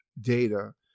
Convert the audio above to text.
data